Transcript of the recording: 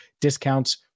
discounts